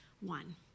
One